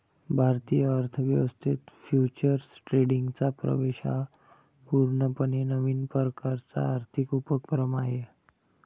भारतीय अर्थ व्यवस्थेत फ्युचर्स ट्रेडिंगचा प्रवेश हा पूर्णपणे नवीन प्रकारचा आर्थिक उपक्रम आहे